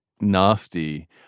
nasty